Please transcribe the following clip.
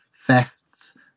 thefts